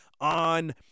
on